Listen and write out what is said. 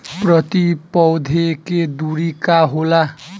प्रति पौधे के दूरी का होला?